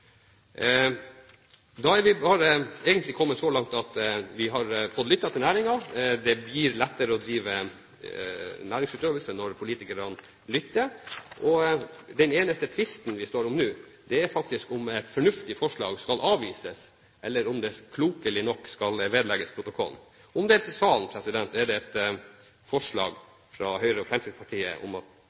Da er vi egentlig kommet så langt at vi har fått lyttet til næringen. Det blir lettere å drive næringsutøvelse når politikerne lytter. Det tvisten står om nå, er faktisk om et fornuftig forslag skal avvises, eller om det klokelig skal vedlegges protokollen. Omdelt i salen er det et forslag fra Høyre og Fremskrittspartiet om at